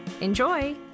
Enjoy